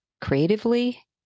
creatively